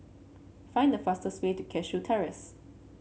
find the fastest way to Cashew Terrace